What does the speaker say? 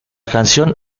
canción